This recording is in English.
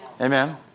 Amen